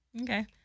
Okay